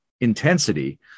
intensity